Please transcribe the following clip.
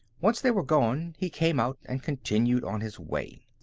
once they were gone, he came out and continued on his way.